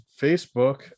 Facebook